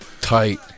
Tight